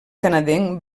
canadenc